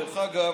דרך אגב,